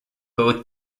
both